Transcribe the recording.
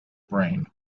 brain